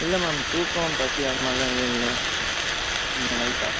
இல்லை மேம் தூக்கம் பசி அந்த மாதிரி எதுவும் இல்லை கொஞ்சம் லைட்டாக